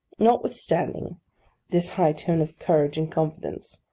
notwithstanding this high tone of courage and confidence,